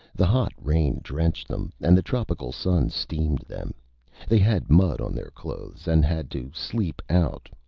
the hot rain drenched them, and the tropical sun steamed them they had mud on their clothes, and had to sleep out.